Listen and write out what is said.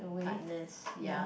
partners ya